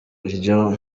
iryo